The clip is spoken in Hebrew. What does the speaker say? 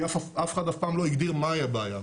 כי אף אחד אף פעם לא הגדיר מהי הבעיה.